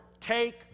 take